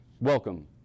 welcome